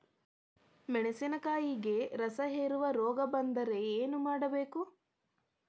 ಮೆಣಸಿನಕಾಯಿಗಳಿಗೆ ರಸಹೇರುವ ರೋಗ ಬಂದರೆ ಏನು ಮಾಡಬೇಕು?